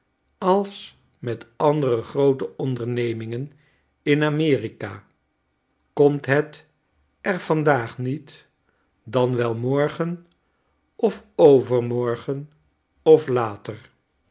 als met andere groote ondernemingen in a m e r i k a komt het er vandaag niet dan wel morgen of overmorgen of later